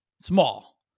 small